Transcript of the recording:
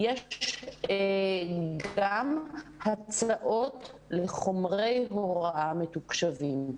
יש גם הצעות לחומרי הוראה מתוקשבים.